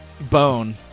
bone